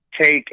take